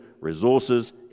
resources